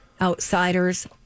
outsiders